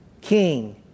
king